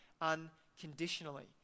unconditionally